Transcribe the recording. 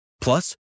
Plus